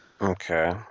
Okay